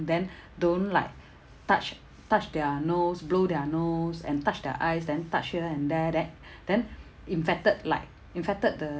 then don't like touch touch their nose blow their nose and touch their eyes then touch here and there that then infected like infected the